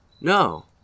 No